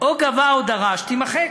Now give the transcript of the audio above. "או גבה או דרש" תימחק.